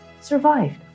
survived